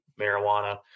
marijuana